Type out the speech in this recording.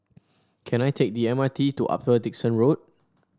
can I take the M R T to Upper Dickson Road